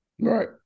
Right